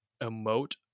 emote